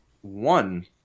One